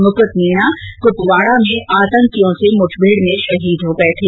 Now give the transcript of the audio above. मुकुट मीना कूपवाड़ा में आतंकियों से मुठभेड़ में शहीद हो गए थे